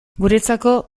guretzako